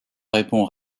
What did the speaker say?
répond